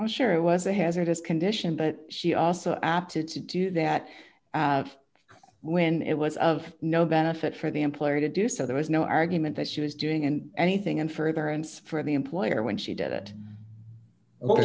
i'm sure it was a hazardous condition but she also apted to do that when it was of no benefit for the employer to do so there was no argument that she was doing and anything in furtherance for the employer when she did it for